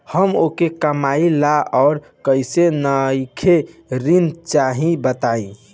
हम अकेले कमाई ला और कोई नइखे ऋण चाही बताई?